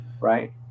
Right